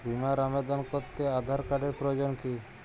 বিমার আবেদন করতে আধার কার্ডের প্রয়োজন কি?